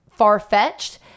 far-fetched